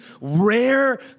rare